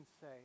say